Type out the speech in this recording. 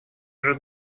уже